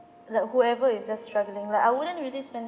like whoever is just struggling like I wouldn't really spend